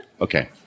Okay